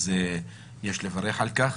אז יש לברך על כך.